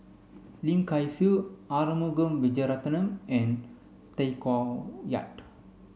Lim Kay Siu Arumugam Vijiaratnam and Tay Koh Yat